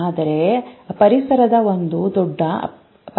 ಆದರೆ ಪರಿಸರದ ಒಂದು ದೊಡ್ಡ ಪರಿಣಾಮವಿದೆ